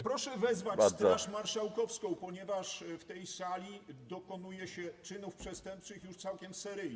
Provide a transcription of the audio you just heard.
proszę wezwać Straż Marszałkowską, ponieważ w tej sali dokonuje się czynów przestępczych już całkiem seryjnie.